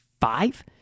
five